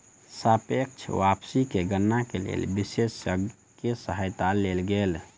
सापेक्ष वापसी के गणना के लेल विशेषज्ञ के सहायता लेल गेल